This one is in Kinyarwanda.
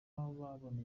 babona